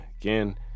again